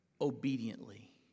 obediently